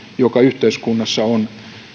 joka yhteiskunnassa on